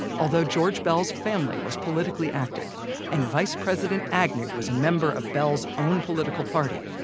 although george beall's family was politically active and vice president agnew was a member of beall's own political party,